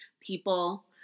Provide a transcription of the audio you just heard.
people